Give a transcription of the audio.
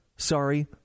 Sorry